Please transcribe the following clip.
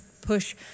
push